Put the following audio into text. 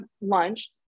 lunch